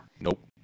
nope